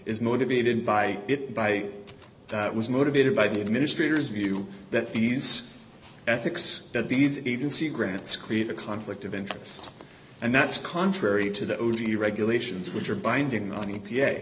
is motivated by it by that was motivated by the administrators view that these ethics that these agency grants create a conflict of interest and that's contrary to the o t regulations which are binding on